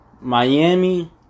Miami